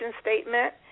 statement